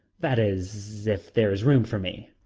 that is, if there is room for me.